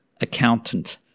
accountant